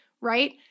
right